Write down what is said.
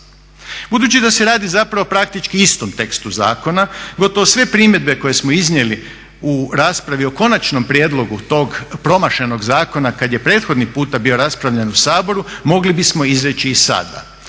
Budući da se radi praktički o istom tekstu zakona, gotovo sve primjedbe koje smo iznijeli u raspravi o konačnom prijedlogu tog promašenog zakona kada je prethodni puta bio raspravljen u Saboru mogli bismo izreći i sada.